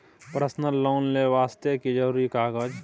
Personal loan ले वास्ते की जरुरी कागज?